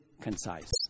concise